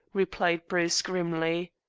replied bruce grimly.